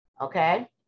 okay